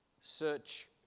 Search